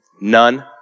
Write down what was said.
None